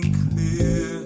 clear